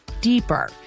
deeper